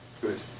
Good